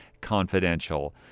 confidential